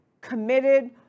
committed